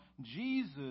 Jesus